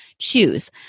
choose